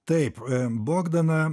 taip bogdaną